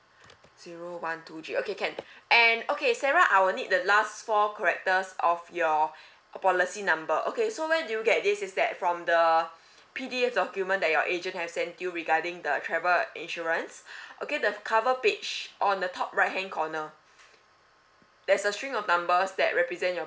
zero one two three okay can and okay sarah I will need the last four characters of your policy number okay so where do you get this is that from the P_D_F document that your agency have sent you regarding the travel insurance okay the cover page on the top right hand corner there's a string of numbers that represent your